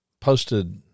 posted